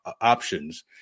options